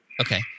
Okay